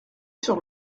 sur